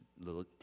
little